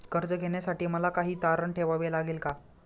कर्ज घेण्यासाठी मला काही तारण ठेवावे लागेल का?